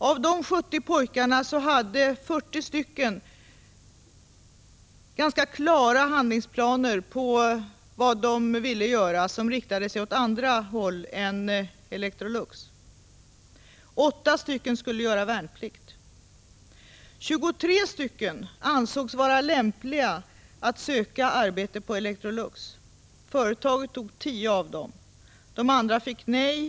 Av dessa 70 pojkar hade 40 ganska klara handlingsplaner — vad de ville göra — som riktade sig åt andra håll än Electrolux. Åtta skulle göra värnplikt. 23 ansågs vara lämpliga för att söka arbete på Electrolux. Företaget tog tio av dem. De andra fick nej.